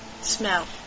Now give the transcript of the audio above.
Smell